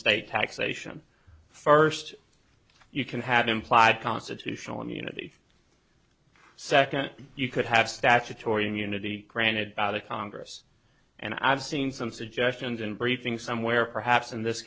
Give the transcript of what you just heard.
state taxation first you can have implied constitutional immunity second you could have statutory immunity granted to congress and i've seen some suggestions in briefing somewhere perhaps in this